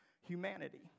humanity